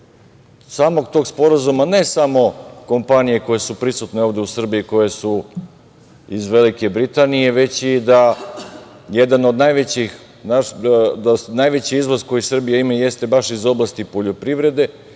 samog tog sporazuma, ne samo kompanije koje su prisutne ovde u Srbiji, koje su iz Velike Britanije, već i da jedan od najvećih izvoza koje Srbija ima jeste baš iz oblasti poljoprivrede,